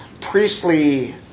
priestly